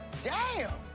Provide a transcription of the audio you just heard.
damn!